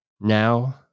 now